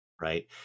Right